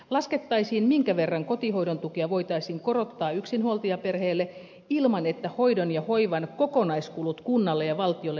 laskettaisiin minkä verran kotihoidon tukea voitaisiin korottaa yksinhuoltajaperheille ilman että hoidon ja hoivan kokonaiskulut kunnalle ja valtiolle nousisivat